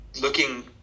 looking